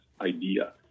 idea